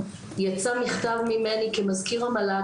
יצא מכתב מממני כמזכיר המל"ג,